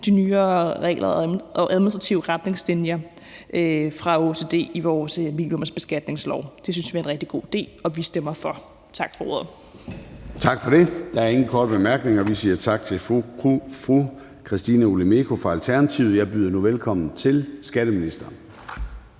de nyere regler og administrative retningslinjer fra OECD i vores minimumsbeskatningslov. Det synes vi er en rigtig god idé, og vi stemmer for. Tak for ordet. Kl. 00:15 Formanden (Søren Gade): Tak for det. Der er ingen korte bemærkninger. Vi siger tak til fru Christina Olumeko fra Alternativet. Jeg byder nu velkommen til skatteministeren.